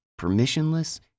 permissionless